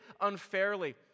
unfairly